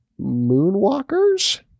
moonwalkers